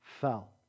fell